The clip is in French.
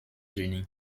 unis